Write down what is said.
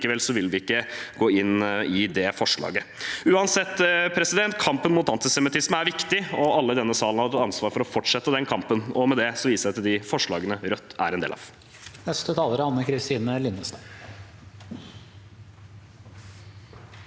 vil likevel ikke gå inn i det forslaget. Uansett: Kampen mot antisemittisme er viktig, og alle i denne salen har et ansvar for å fortsette den kampen. Med det tar jeg opp forslagene Rødt er en del av.